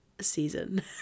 season